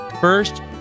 First